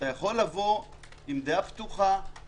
אתה יכול לבוא עם עמדה